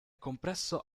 compresso